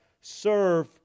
serve